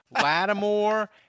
Lattimore